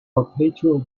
perpetual